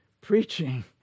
preaching